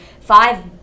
five